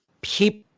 people